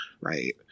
right